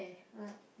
what